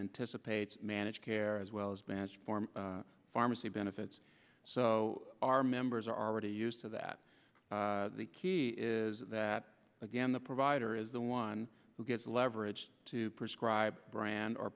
its managed care as well as bad form pharmacy benefits so our members are already used to that the key is that again the provider is the one who gets leverage to prescribe brand or